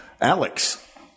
Alex